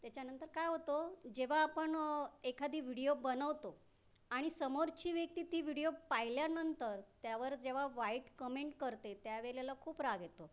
त्याच्यानंतर काय होतं जेव्हा आपण एखादी व्हिडीओ बनवतो आणि समोरची व्यक्ती ती विडिओ पाहिल्यानंतर त्यावर जेव्हा वाईट कमेंट करते त्या वेळेला खूप राग येतो